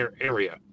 area